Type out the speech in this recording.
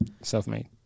Self-made